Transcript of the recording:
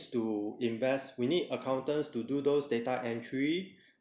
to invest we need accountants to do those data entry